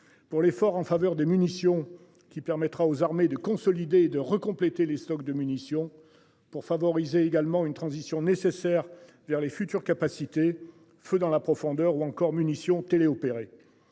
Pour l'effort en faveur des munitions qui permettra aux armées de consolider, de recompléter les stocks de munitions pour favoriser également une transition nécessaire vers les futures capacités feu dans la profondeur ou encore munitions télé-opérées.